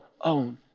own